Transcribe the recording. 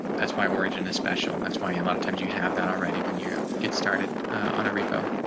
that's why origin, a special that's why a and lot of times you have that already. when you get started on a repo.